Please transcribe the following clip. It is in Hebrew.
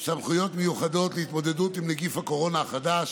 סמכויות מיוחדות להתמודדות עם נגיף הקורונה החדש